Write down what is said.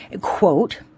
Quote